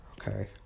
Okay